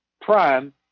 prime